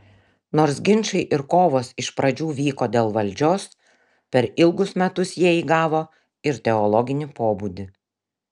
nors ginčai ir kovos iš pradžių vyko dėl valdžios per ilgus metus jie įgavo ir teologinį pobūdį